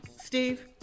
Steve